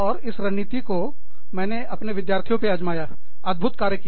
और इस रणनीति को मैंने अपने विद्यार्थियों पर आज़माया अद्भुत कार्य किया